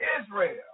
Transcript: Israel